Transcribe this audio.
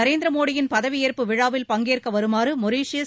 நரேந்திர மோடியின் பதவியேற்பு விழாவில் பங்கேற்க வருமாறு மொரீசியஸ்